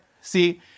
see